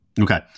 Okay